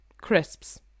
crisps